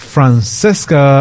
Francesca